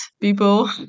people